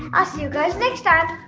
i'll see you guys next time.